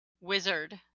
wizard